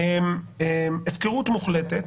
הפקרות מוחלטת.